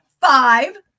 five